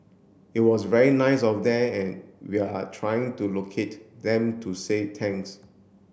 it was very nice of them and we are trying to locate them to say thanks